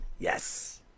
Yes